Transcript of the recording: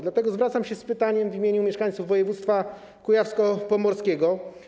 Dlatego zwracam się z pytaniem w imieniu mieszkańców województwa kujawsko-pomorskiego: